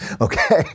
okay